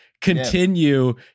continue